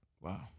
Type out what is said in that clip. Wow